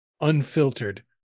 unfiltered